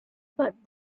but